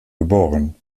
geboren